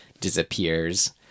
disappears